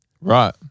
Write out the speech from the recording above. Right